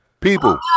People